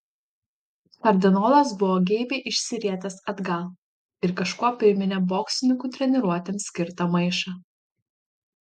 kardinolas buvo geibiai išsirietęs atgal ir kažkuo priminė boksininkų treniruotėms skirtą maišą